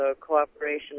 cooperation